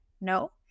no